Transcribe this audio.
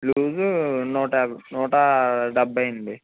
loose నూట యా నూట డెబ్బై అండి